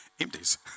empties